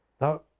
Now